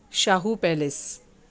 Shahu palace